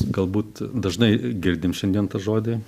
galbūt dažnai girdim šiandien tą žodį